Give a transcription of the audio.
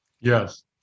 Yes